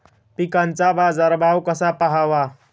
पिकांचा बाजार भाव कसा पहावा?